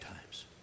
times